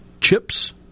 chips